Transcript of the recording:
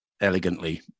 elegantly